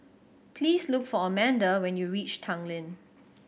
please look for Amanda when you reach Tanglin